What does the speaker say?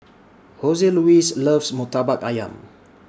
Joseluis loves Murtabak Ayam